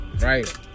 right